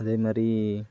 அதே மாதிரி